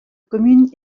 commune